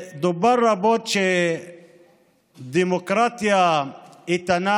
דובר רבות שדמוקרטיה איתנה